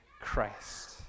Christ